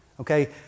Okay